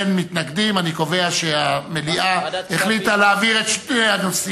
ההצעה להעביר את הנושא